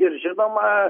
ir žinoma